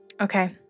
Okay